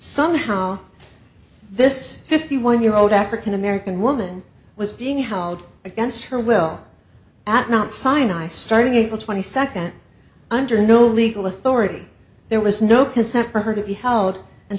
somehow this fifty one year old african american woman was being held against her will at mount sinai starting april twenty second under no legal authority there was no consent for her to be held and